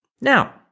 Now